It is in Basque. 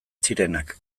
zirenak